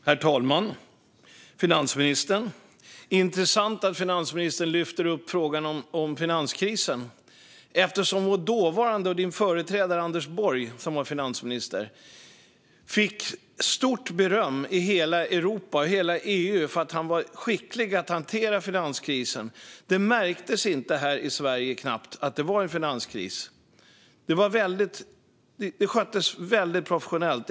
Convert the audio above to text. Herr talman! Det är intressant att finansministern lyfter upp frågan om finanskrisen eftersom vår dåvarande finansminister Anders Borg - Magdalena Anderssons företrädare - fick stort beröm i hela Europa och EU för att han var skicklig på att hantera finanskrisen. Det märktes knappt här i Sverige att det rådde en finanskris. Det sköttes väldigt professionellt.